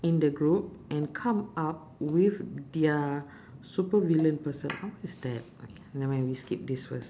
in the group and come up with their super villain person ah what is that nevermind we skip this first